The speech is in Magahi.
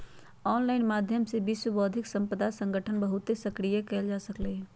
ऑनलाइन माध्यम से विश्व बौद्धिक संपदा संगठन बहुते सक्रिय कएल जा सकलई ह